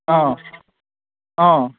अ अ